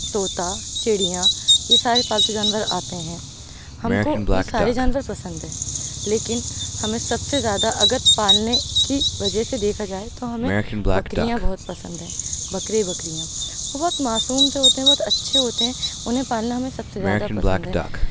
طوطا چڑیاں یہ سارے پالتو جانور آتے ہیں ہم کو یہ سارے جانور پسند ہیں لیکن ہمیں سب سے زیادہ اگر پالنے کی وجہ سے دیکھا جائے تو ہمیں بکریاں بہت پسند ہیں بکرے بکریاں وہ بہت معصوم سے ہوتے ہیں بہت اچھے ہوتے ہیں انہیں پالنا ہمیں سب سے زیادہ پسند ہے